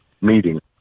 meeting